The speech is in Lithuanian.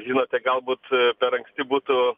žinote galbūt per anksti būtų